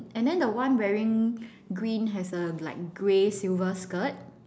and then the one wearing green has a like grey silver skirt